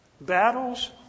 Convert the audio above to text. battles